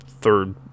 third